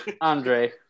Andre